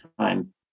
time